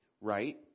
right